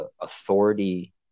authority